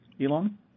Elon